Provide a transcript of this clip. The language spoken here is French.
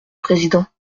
président